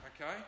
okay